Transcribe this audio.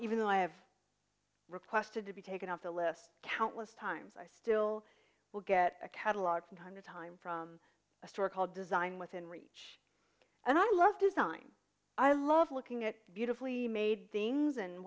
even though i have requested to be taken off the list countless times i still will get a catalog one hundred time from a store called design within reach and i love design i love looking at beautifully made things and